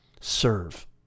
serve